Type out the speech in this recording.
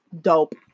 dope